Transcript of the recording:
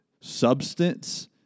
substance